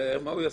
הרי מה הוא יעשה?